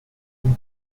tout